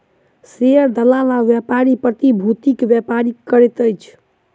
share दलाल आ व्यापारी प्रतिभूतिक व्यापार करैत अछि